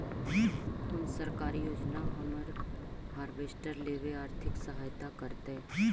कोन सरकारी योजना हमरा हार्वेस्टर लेवे आर्थिक सहायता करतै?